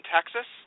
Texas